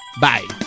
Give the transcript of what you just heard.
Bye